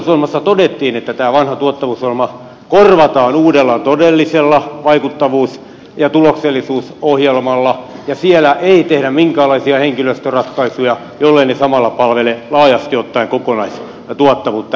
hallitusohjelmassa todettiin että tämä vanha tuottavuusohjelma korvataan uudella todellisella vaikuttavuus ja tuloksellisuusohjelmalla ja siellä ei tehdä minkäänlaisia henkilöstöratkaisuja jolleivät ne samalla palvele laajasti ottaen kokonaistuottavuutta